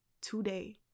today